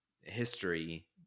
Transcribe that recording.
history